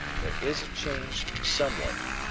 there is a change somewhere.